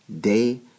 day